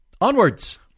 Onwards